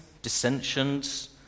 dissensions